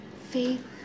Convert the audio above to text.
faith